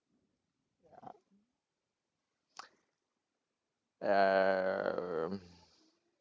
um